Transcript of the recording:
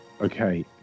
Okay